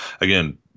Again